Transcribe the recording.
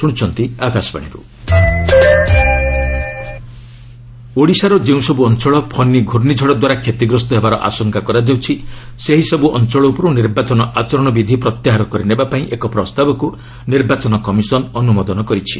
EC Odisha ଓଡ଼ିଶାର ଯେଉଁସବୁ ଅଞ୍ଚଳ 'ଫନୀ' ପ୍ରର୍ଷ୍ଣିଝଡ଼ଦ୍ୱାରା କ୍ଷତିଗ୍ରସ୍ତ ହେବାର ଆଶଙ୍କା କରାଯାଉଛି ସେହିସବୁ ଅଞ୍ଚଳ ଉପରୁ ନିର୍ବାଚନ ଆଚରଣ ବିଧି ପ୍ରତ୍ୟାହାର କରିନେବାପାଇଁ ଏକ ପ୍ରସ୍ତାବକୁ ନିର୍ବାଚନ କମିଶନ ଅନୁମୋଦନ କରିଛି